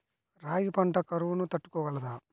రాగి పంట కరువును తట్టుకోగలదా?